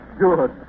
good